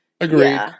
Agreed